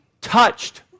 touched